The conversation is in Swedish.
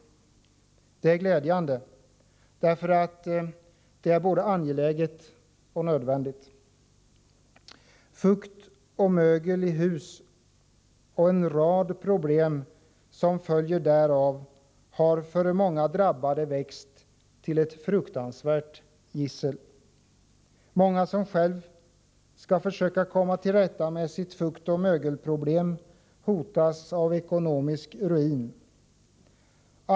Det är glädjande, därför att det är både angeläget och nödvändigt. Fukt och mögel i hus, och en rad problem som följer därav, har för många drabbade växt till ett fruktansvärt gissel. Många som själva skall försöka komma till rätta med sitt fuktoch mögelproblem hotas av ekonomisk ruin.